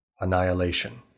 Annihilation